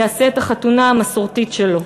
יעשה את החתונה המסורתית שלו.